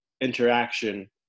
interaction